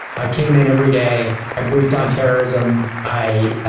i came in every day, i briefed on terrorism, i,